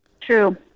True